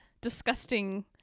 disgusting